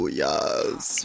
yes